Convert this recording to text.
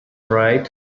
right